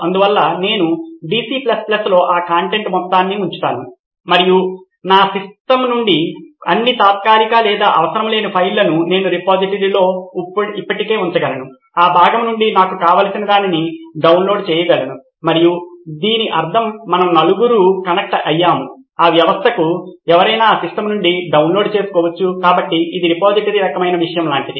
అందువల్ల నేను DC లో ఆ కంటెంట్ మొత్తాన్ని ఉంచాను మరియు నా సిస్టమ్ నుండి అన్ని తాత్కాలిక లేదా అవసరం లేని ఫైళ్ళను నేను రిపోజిటరీలో ఇప్పటికే ఉంచగలను ఆ భాగం నుండి నాకు కావలసినదాన్ని నేను డౌన్లోడ్ చేసుకోగలను మరియు దీని అర్థం మనం నలుగురు కనెక్ట్ అయ్యాము ఆ వ్యవస్థకు ఎవరైనా ఆ సిస్టమ్ నుండి డౌన్లోడ్ చేసుకోవచ్చు కాబట్టి ఇది రిపోజిటరీ రకమైన విషయం లాంటిది